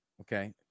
okay